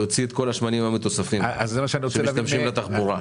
מנסים להוציא את כל השמנים המתוספים שמשתמשים בהם בתחבורה.